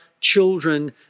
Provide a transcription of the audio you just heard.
children